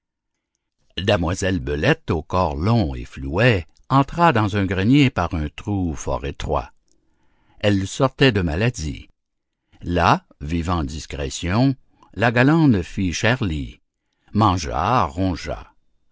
damoiselle belette au corps long et fluet entra dans un grenier par un trou fort étroit elle sortait de maladie là vivant à discrétion la galande fit chère lie mangea rongea